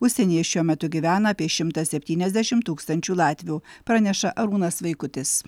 užsienyje šiuo metu gyvena apie šimtas septyniasdešim tūkstančių latvių praneša arūnas vaikutis